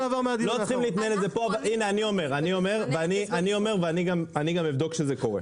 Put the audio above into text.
אומר ואני גם אבדוק שזה קורה.